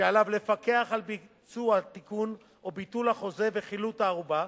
שעליו לפקח על ביצוע התיקון או ביטול החוזה וחילוט הערובה,